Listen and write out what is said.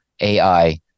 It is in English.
AI